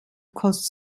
cause